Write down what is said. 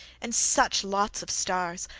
and such lots of stars,